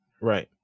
Right